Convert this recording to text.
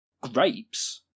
Grapes